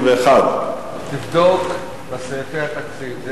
681. תבדוק בסעיפי התקציב.